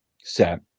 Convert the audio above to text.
set